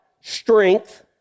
strength